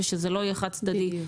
ושזה לא יהיה חד-צדדי.